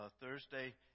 Thursday